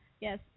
Yes